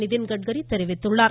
நிதின் கட்கரி தெரிவித்துள்ளார்